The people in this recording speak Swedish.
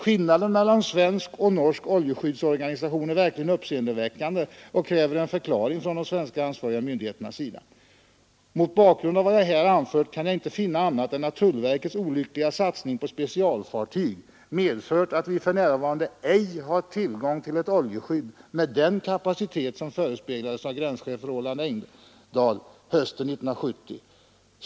Skillnaden mellan svensk och norsk oljeskyddsorganisation är verkligen uppseendeväckande och kräver en förklaring från de svenska ansvariga myndigheternas sida. Mot bakgrund av vad jag här har anfört kan jag inte finna annat än att tullverkets olyckliga satsning på specialfartyg medfört att vi för närvarande ej har tillgång till ett oljeskydd med den kapacitet som förespeglades av gränschef Roland Engdahl hösten 1970.